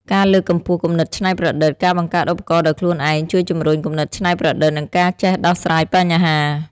ការលើកកម្ពស់គំនិតច្នៃប្រឌិត ការបង្កើតឧបករណ៍ដោយខ្លួនឯងជួយជំរុញគំនិតច្នៃប្រឌិត និងការចេះដោះស្រាយបញ្ហា។